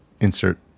insert